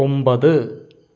ഒമ്പത്